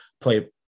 play